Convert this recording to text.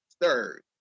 third